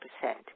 percent